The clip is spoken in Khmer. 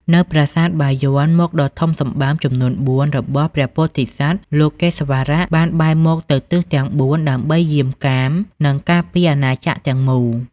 នៅប្រាសាទបាយ័ន មុខដ៏ធំសម្បើមចំនួនបួនរបស់ព្រះពោធិសត្វលោកេស្វរៈបានបែរមុខទៅទិសទាំងបួនដើម្បីយាមកាម និងការពារអាណាចក្រទាំងមូល។